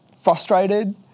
frustrated